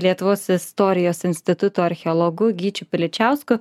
lietuvos istorijos instituto archeologu gyčiu piličiausku